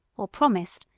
or promised,